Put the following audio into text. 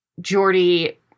jordy